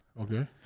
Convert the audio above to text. okay